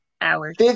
hours